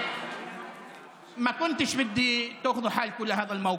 (לא רציתי שתגיעו למקום הזה.